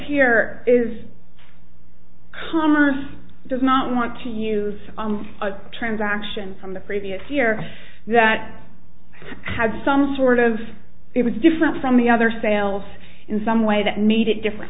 here is commerce does not want to use transactions from the previous year that had some sort of it was different from the other sales in some way that made it different